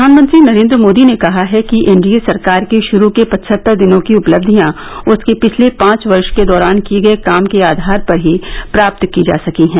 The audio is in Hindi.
प्रधानमंत्री नरेन्द्र मोदी ने कहा है कि एनडीए सरकार की शुरू के पचहत्तर दिनों की उपलब्धियां उसके पिछले पांच वर्ष के दौरान किये गये काम के आधार पर ही प्राप्त की जा सकी हैं